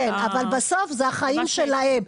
בסוף זה החיים שלהם.